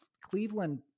Cleveland